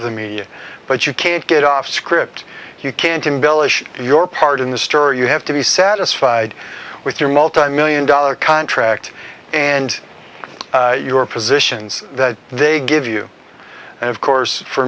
of the media but you can't get off script you can't embellish your part in the store you have to be satisfied with your multimillion dollar contract and your positions that they give you and of course for